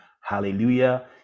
Hallelujah